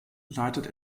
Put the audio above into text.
leitet